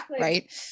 Right